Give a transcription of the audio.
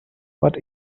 but